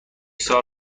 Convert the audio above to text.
سال